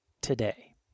today